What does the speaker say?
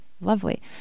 Lovely